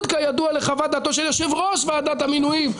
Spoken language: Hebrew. כידוע לחוות דעתו של יושב-ראש ועדת המינויים,